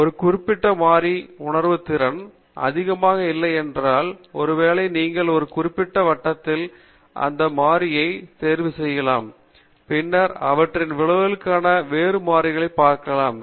ஒரு குறிப்பிட்ட மாறி உணர்திறன் அதிகமாக இல்லை என்றால் ஒருவேளை நீங்கள் ஒரு குறிப்பிட்ட மட்டத்தில் அந்த மாறியை சரிசெய்யலாம் பின்னர் அவற்றின் விளைவுகளுக்கான வேறு மாறிகள் பார்க்கலாம்